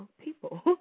people